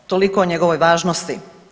Toliko o njegovoj važnosti.